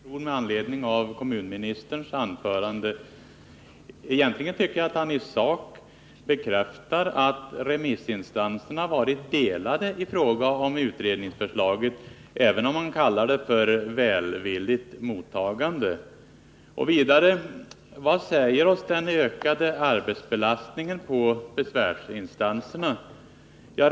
Herr talman! Bara en reflexion med anledning av kommunministerns anförande. Egentligen tycker jag att han i sak bekräftar att remissinstanserna varit delade i fråga om utredningsförslaget, även om man kallar det för ett välvilligt mottagande. Vad säger oss vidare den ökade arbetsbelastningen på besvärsinstanserna?